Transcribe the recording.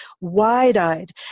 wide-eyed